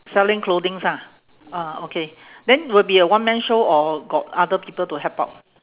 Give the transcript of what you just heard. selling clothings ah ah okay then will be a one-man show or or got other people to help out